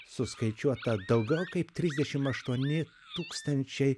suskaičiuota daugiau kaip trisdešim aštuoni tūkstančiai